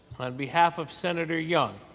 on behalf of senator young,